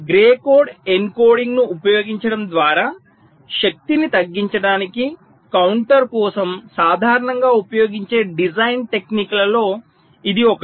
grey code ఎన్కోడింగ్ను ఉపయోగించడం ద్వారా శక్తిని తగ్గించడానికి కౌంటర్ కోసం సాధారణంగా ఉపయోగించే డిజైన్ టెక్నిక్లలో ఇది ఒకటి